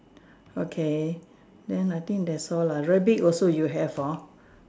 okay then I think that's all lah rabbit also you have hor